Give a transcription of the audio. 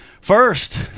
first